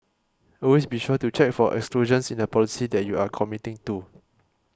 always be sure to check for exclusions in the policy that you are committing to